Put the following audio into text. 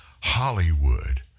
Hollywood